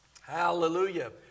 hallelujah